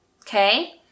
Okay